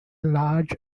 large